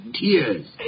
tears